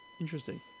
Interesting